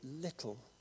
little